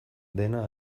dena